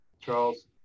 Charles